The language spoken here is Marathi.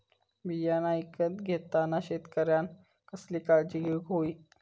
बियाणा ईकत घेताना शेतकऱ्यानं कसली काळजी घेऊक होई?